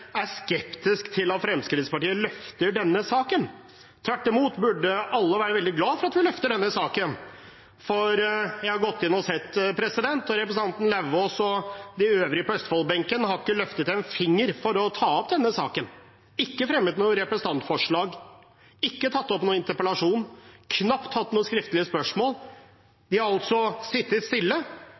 er skeptisk til at Fremskrittspartiet løfter denne saken. Tvert imot burde alle være veldig glad for at vi løfter denne saken, for jeg har gått inn og sett, og representanten Lauvås og de øvrige på Østfold-benken har ikke løftet en finger for å ta opp denne saken – ikke fremmet noe representantforslag, ikke tatt opp noen interpellasjon, knapt hatt noen skriftlige spørsmål. De har altså sittet stille,